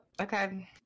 okay